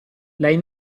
lei